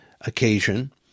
occasion